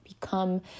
become